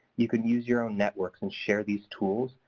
you can use your own networks and share these tools.